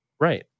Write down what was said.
Right